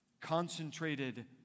concentrated